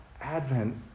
Advent